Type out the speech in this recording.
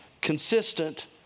consistent